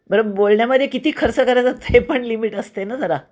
बरं बोलण्यामध्ये किती खर्च करायचं ते पण लिमिट असते ना जरा